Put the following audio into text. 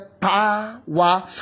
power